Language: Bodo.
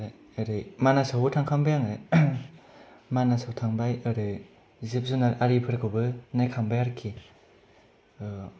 मानासावबो थांखांबाय आङो मानास आव थांबाय एरै जिब जुनार आरिफोरखौबो नायखांबाय आरोखि